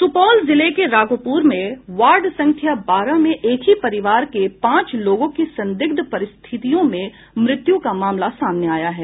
सुपौल जिले के राघोपुर में वार्ड संख्या बारह में एक ही परिवार के पांच लोगों की संदिग्ध परिस्थितियों में मृत्यु का मामला सामने आया है